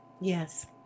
yes